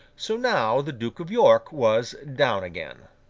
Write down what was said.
so, now the duke of york was down again.